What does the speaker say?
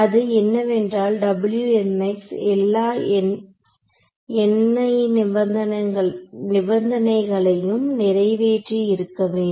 அது என்னவென்றால் Wmx எல்லா என்னை நிபந்தனைகளையும் நிறைவேற்றி இருக்க வேண்டும்